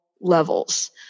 levels